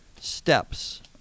steps